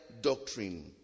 doctrine